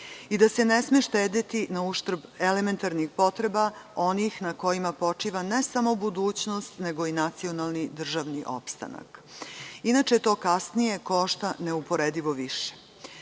i da se ne sme štedeti na uštrb elementarnih potreba onih na kojima počiva ne samo budućnost, nego i nacionalni državni opstanak. Inače to kasnije košta neuporedivo